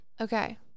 Okay